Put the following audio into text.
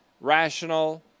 rational